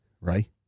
right